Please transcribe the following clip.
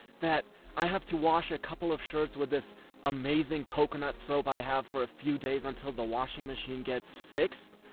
that i have to wash a couple of shirts with this amazing coconut soap i have for a few days until the washing machine gets fixed?